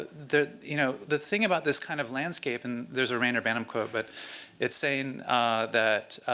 the you know the thing about this kind of landscape and there's a reyner banham quote but it's saying that